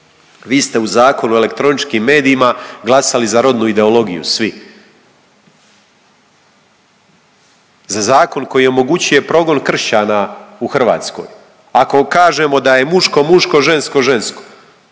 vi ste u Zakonu o elektroničkim medijima glasali za rodnu ideologiju svi, za zakon koji omogućuje progon kršćana u Hrvatskoj. Ako kažemo da je muško muško, žensko žensko